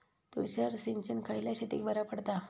तुषार सिंचन खयल्या शेतीक बरा पडता?